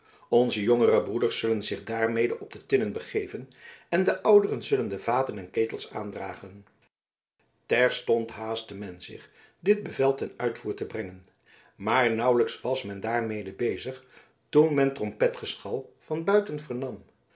onze jongere broeders zullen zich daarmede op de tinnen begeven en de ouderen zullen de vaten en ketels aandragen terstond haastte men zich dit bevel ten uitvoer te brengen maar nauwelijks was men daarmede bezig toen men trompetgeschal van